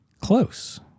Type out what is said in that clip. Close